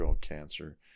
cancer